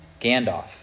Gandalf